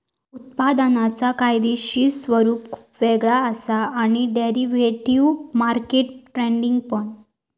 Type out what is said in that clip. उत्पादनांचा कायदेशीर स्वरूप खुप वेगळा असा आणि डेरिव्हेटिव्ह मार्केट ट्रेडिंग पण